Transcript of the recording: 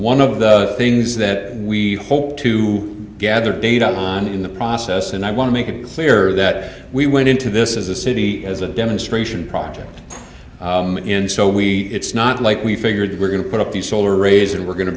one of the things that we hope to gather data on in the process and i want to make it clear we went into this as a city as a demonstration project in so we it's not like we figured we're going to put up these solar arrays and we're going to